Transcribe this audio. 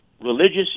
religious